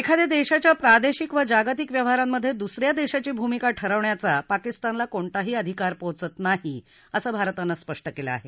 एखाद्या देशाच्या प्रादेशिक वा जागतिक व्यवहारांमधे दुस या देशाची भूमिका ठरवण्याचा पाकिस्तानला कोणताही अधिकारी पोहोचत नाही असं भारतानं स्पष्ट केलं आहे